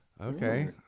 Okay